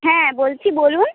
হ্যাঁ বলছি বলুন